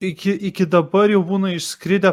iki iki dabar jau būna išskridę